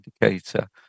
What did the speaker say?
indicator